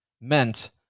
meant